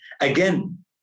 Again